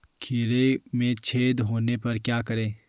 खीरे में छेद होने पर क्या करें?